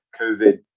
COVID